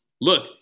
look